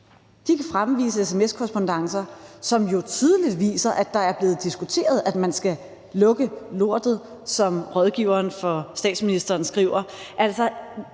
kan fremvise sms-korrespondancer, som jo tydeligt viser, at der er blevet diskuteret, at man skal »lukke lortet«, som rådgiveren for statsministeren skriver.